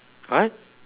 what